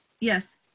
yes